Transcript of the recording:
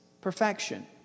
perfection